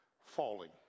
falling